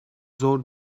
zor